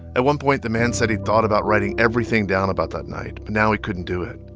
at one point, the man said he'd thought about writing everything down about that night, but now he couldn't do it.